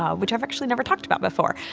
um which i've actually never talked about before.